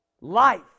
life